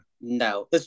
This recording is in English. No